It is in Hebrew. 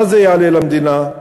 מה זה יעלה למדינה?